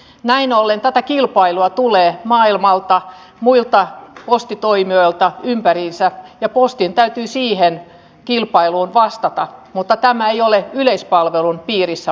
näin ollen tätä kilpailua tulee maailmalta muilta postitoimijoilta ympäriinsä ja postin täytyy siihen kilpailuun vastata mutta tämä ei ole yleispalvelun piirissä olevaa asiaa